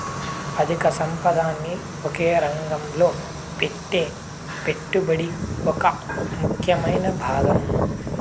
అధిక సంపదని ఒకే రంగంలో పెట్టే పెట్టుబడి ఒక ముఖ్యమైన భాగం